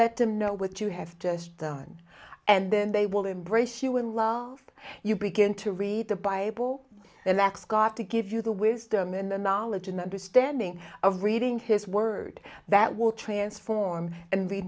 let them know what you have just done and then they will embrace you and love you begin to read the bible and that's got to give you the wisdom and the knowledge and understanding of reading his word that will transform and